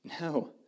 no